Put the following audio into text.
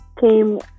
came